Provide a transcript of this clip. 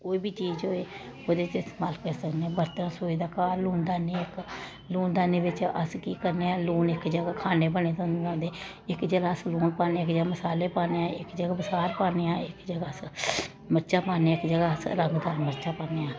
कोई बी चीज होऐ ओह्दे च इस्तमाल करी सकने आं बरतै रसोई दा घर लूनदानी इक लूनदानी बिच्च अस केह् करने आं लून इक जगह खान्ने बने दे होंदे इक जगह अस नमक पान्ने इक जगह अस मसाले पान्ने आं इक जगह बसार पान्ने आं इक जगह अस मर्चां पान्ने इक जगह इक जगह अस रंगदार मर्चां पान्ने आं